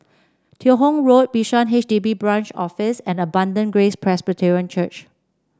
Teo Hong Road Bishan H D B Branch Office and Abundant Grace Presbyterian Church